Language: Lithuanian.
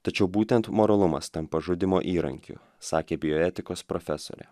tačiau būtent moralumas tampa žudymo įrankiu sakė bioetikos profesorė